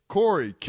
Corey